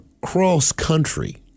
cross-country